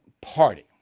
party